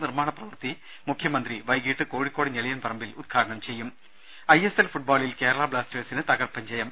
നിർമ്മാണ പ്രവൃത്തി മുഖ്യമന്ത്രി വൈകിട്ട് കോഴിക്കോട് ഞെളിയൻ പറമ്പിൽ ഉദ്ഘാടനം ചെയ്യും ഐ എസ് എൽ ഫുട്ബോളിൽ കേരള ബ്ലാസ്റ്റേഴ്സിന് തകർപ്പൻ ജയം